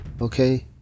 okay